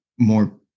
More